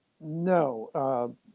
no